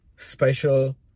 Special